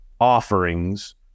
offerings